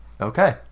okay